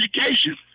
education